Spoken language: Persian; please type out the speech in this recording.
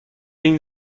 این